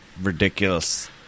ridiculous